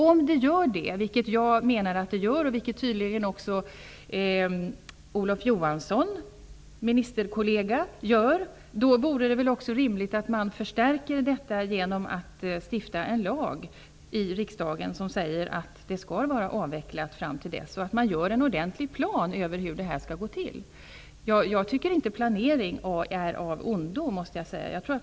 Om det gör det -- vilket jag och tydligen också Olof Johansson, Per Westerbergs ministerkollega, anser -- så vore det rimligt att förstärka det genom att stifta en lag i riksdagen om att kärnkraften skall vara avvecklad innan dess och genom att göra upp en ordentlig plan över hur det skall gå till. Jag tycker inte att planering inte är av ondo.